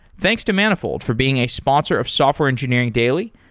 thanks to manifold for being a sponsor of software engineering daily,